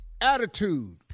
attitude